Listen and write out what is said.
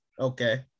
Okay